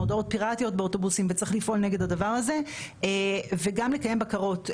מודעות פיראטיות באוטובוסים וצריך לפעול נגד הדבר הזה וגם לקיים בקרות.